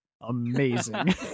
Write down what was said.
Amazing